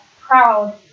proud